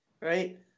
Right